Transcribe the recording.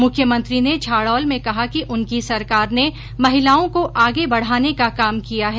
मुख्यमंत्री ने झाड़ौल में कहा कि उनकी सरकार ने महिलाओं को आगे बढाने का काम किया है